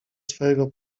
swojego